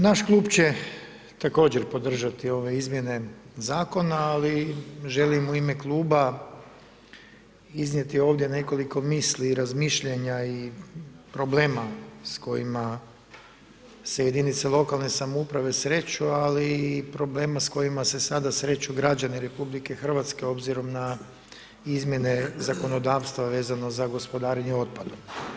Naš klub će također podržati ove izmjene zakona ali želim u ime kluba iznijeti ovdje nekoliko misli i razmišljanja i problema s kojima se jedinice lokalne samouprave sreću ali i problema s kojima se sada sreću građani RH obzirom na izmjene zakonodavstva vezano za gospodarenje otpadom.